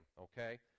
okay